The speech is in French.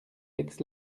aix